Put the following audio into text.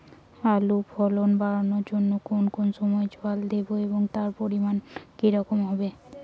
আলুর ফলন বাড়ানোর জন্য কোন কোন সময় জল দেব এবং তার পরিমান কি রকম হবে?